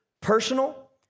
personal